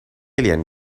alien